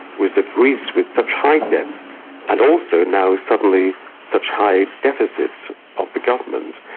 was that greece, with such high debts and also now suddenly such high deficits of the government,